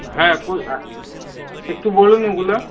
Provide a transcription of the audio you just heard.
হ্যাঁ একটু বলুন ওগুলো